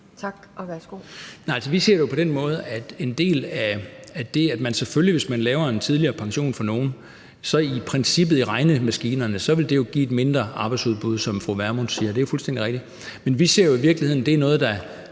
Dahl (DF): Nej, vi ser det jo på den måde, at det selvfølgelig, hvis man laver en tidligere pension for nogle, i princippet i regnemaskinerne vil give et mindre arbejdsudbud, sådan som fru Pernille Vermund siger – det er fuldstændig rigtigt – men at det i virkeligheden er noget, der